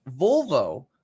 Volvo